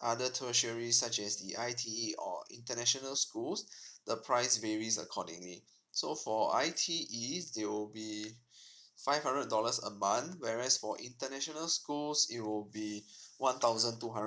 other tertiary such as the I_T_E or international schools the price varies accordingly so for I_T_E it will be five hundred dollars a month whereas for international school's it will be one thousand two hundred